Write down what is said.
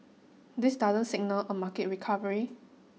this doesn't signal a market recovery